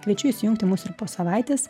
kviečiu įsijungti mus ir po savaitės